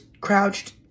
crouched